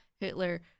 Hitler